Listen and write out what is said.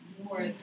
more